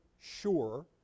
sure